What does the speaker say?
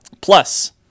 plus